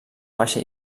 baixa